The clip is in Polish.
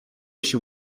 się